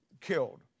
killed